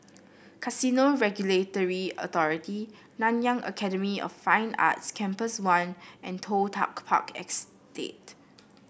Casino Regulatory Authority Nanyang Academy of Fine Arts Campus One and Toh Tuck Park Estate